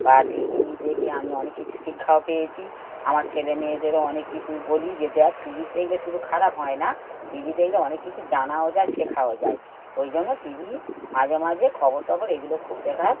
বা TV দেখে আমি অনেক কিছু শিক্ষাও পেয়েছি আমার ছেলেমেয়েদেরও অনেক কিছু বলি যে দেখ টি ভি দেখলে শুধু খারাপ হয় না টি ভি দেখলে অনেক কিছু জানাও যায় শেখাও যায় ওই জন্য টি ভি মাঝে মাঝে খবর টবর এগুলো খুব দেখার